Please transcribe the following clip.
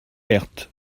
herth